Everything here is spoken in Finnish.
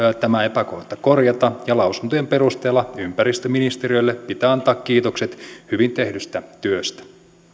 tämä epäkohta korjata ja lausuntojen perusteella ympäristöministeriölle pitää antaa kiitokset hyvin tehdystä työstä